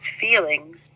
feelings